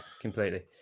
completely